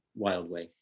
wildway